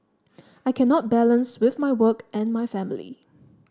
I cannot balance with my work and my family